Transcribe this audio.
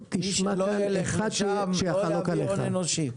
מי שלא יילך לשם, לא יביא הון אנושי.